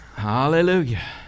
Hallelujah